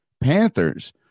Panthers